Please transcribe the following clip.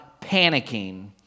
panicking